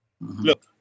Look